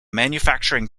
manufacturing